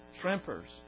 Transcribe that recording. Shrimpers